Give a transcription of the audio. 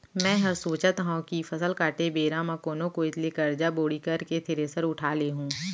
मैं हर सोचत हँव कि फसल काटे बेरा म कोनो कोइत ले करजा बोड़ी करके थेरेसर उठा लेहूँ